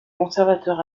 conservateur